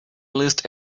list